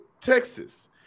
Texas